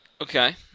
Okay